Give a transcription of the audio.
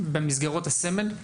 במסגרות הסמל.